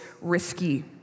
risky